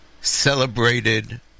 celebrated